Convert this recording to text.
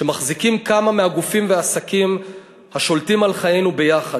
שמחזיקים כמה מהגופים והעסקים השולטים על חיינו ביחד.